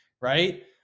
right